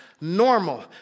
normal